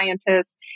scientists